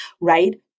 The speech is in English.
right